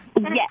Yes